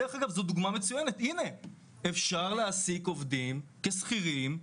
זו דוגמה מצוינת, אפשר להעסיק עובדים כשכירים,